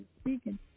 speaking